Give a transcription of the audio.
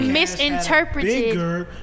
misinterpreted